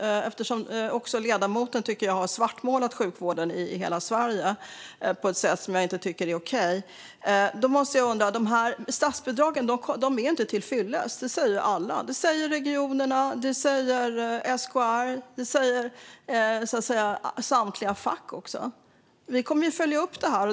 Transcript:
Jag tycker att ledamoten har svartmålat sjukvården i hela Sverige på ett sätt som inte är okej. Dessa statsbidrag är inte till fyllest; det säger ju alla. Det säger regionerna, det säger SKR och det säger samtliga fack. Vi kommer att följa upp detta.